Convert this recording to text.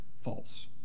false